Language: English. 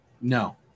No